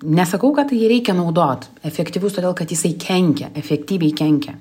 nesakau kad jį reikia naudot efektyvus todėl kad jisai kenkia efektyviai kenkia